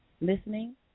listening